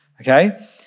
Okay